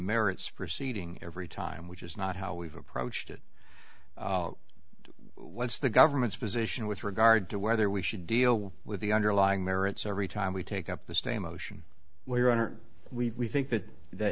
merits proceeding every time which is not how we've approached it what's the government's position with regard to whether we should deal with the underlying merits every time we take up the stay motion well your honor we think that the